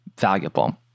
valuable